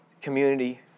community